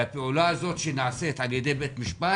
והפעולה הזאת שנעשית על ידי בית משפט,